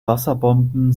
wasserbomben